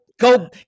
go